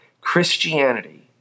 Christianity